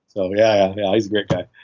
so yeah, yeah. he's a great guy.